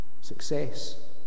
Success